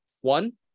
One